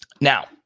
now